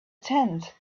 tent